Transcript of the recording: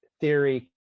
theory